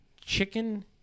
Chicken